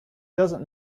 doesn’t